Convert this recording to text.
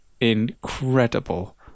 Incredible